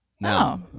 No